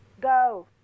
Go